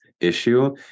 issue